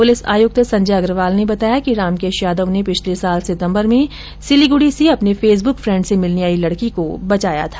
police आयुक्त संजय अग्रवाल ने बताया कि रामकेश यादव ने पिछले साल सितम्बर में सिलिगुड़ी से अपने फेसबुक फ्रैंड से मिलने आई लड़की को बचाया था